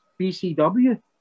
BCW